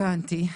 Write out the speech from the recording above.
הבנתי.